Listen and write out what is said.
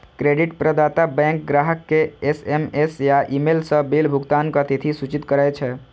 credit प्रदाता bank ग्राहक कें एस.एम.एस या ईमेल सं बिल भुगतानक तिथि सूचित करै छै